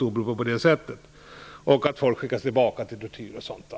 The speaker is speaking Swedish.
åberopas på det här sättet. Det sägs också att folk skickas tillbaka till tortyr osv.